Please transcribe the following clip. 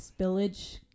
spillage